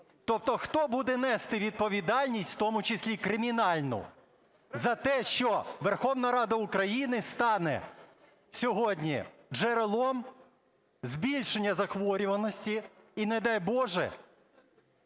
Тобто, хто буде нести відповідальність, у тому числі і кримінальну, за те, що Верховна Рада України стане сьогодні джерелом збільшення захворюваності і, не дай Боже,